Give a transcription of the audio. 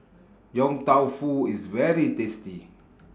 Yong Tau Foo IS very tasty